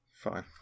Fine